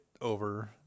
over